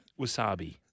Wasabi